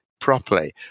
properly